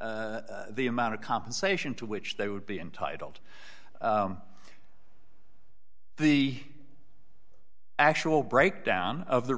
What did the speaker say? the amount of compensation to which they would be entitled the actual breakdown of the